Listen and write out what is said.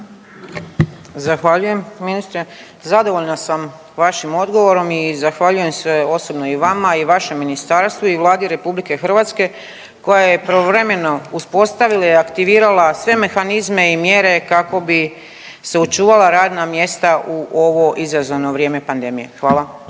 Zahvaljujem ministre. Zadovoljna sam vašim odgovorom i zahvaljujem se osobno i vama i vašem ministarstvu i Vladi RH koja je pravovremeno uspostavila i aktivirala sve mehanizme i mjere kako bi se očuvala radna mjesta u ovo izazovno vrijeme pandemije.